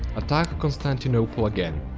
attack constantinople again.